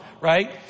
right